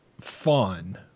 fun